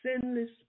sinless